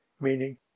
meaning